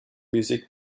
music